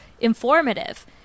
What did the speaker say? informative